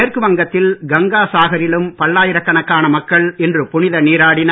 மேற்கு வங்கத்தில் கங்கா சாகரிலும் பல்லாயிரக்கணக்கான மக்கள் இன்று புனித நீராடினர்